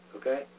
okay